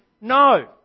no